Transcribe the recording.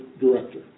director